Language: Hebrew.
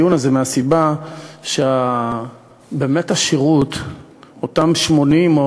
מהסיבה שאותם 80%,